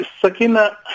Sakina